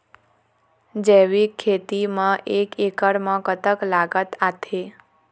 जैविक खेती म एक एकड़ म कतक लागत आथे?